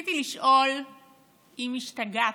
האם השתגעתם?